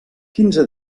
quinze